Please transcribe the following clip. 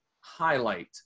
highlight